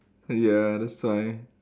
ya that's why